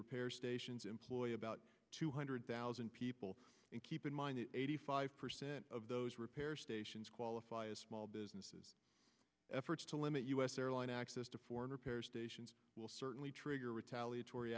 repair stations employ about two hundred thousand people and keep in mind that eighty five percent of those repair stations qualify a small business is efforts to limit u s airline access to foreign repair stations will certainly trigger retaliatory